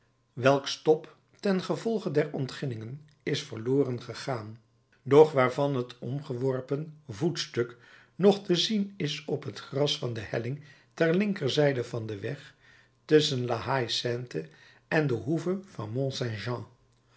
welks top tengevolge der ontginningen is verloren gegaan doch waarvan het omgeworpen voetstuk nog te zien is op het gras van de helling ter linkerzijde van den weg tusschen la haie sainte en de hoeve van mont saint jean